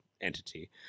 entity